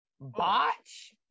Botch